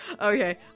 Okay